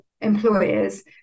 employers